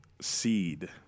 seed